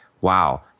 wow